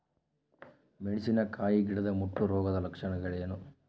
ಮೆಣಸಿನಕಾಯಿ ಗಿಡದ ಮುಟ್ಟು ರೋಗದ ಲಕ್ಷಣಗಳೇನು?